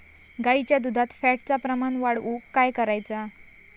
गाईच्या दुधात फॅटचा प्रमाण वाढवुक काय करायचा?